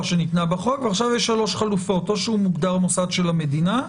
שניתנה בחוק ועכשיו יש שלוש חלופות או שהוא מוגדר מוסד של המדינה,